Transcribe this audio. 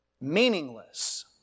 meaningless